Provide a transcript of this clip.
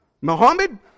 Muhammad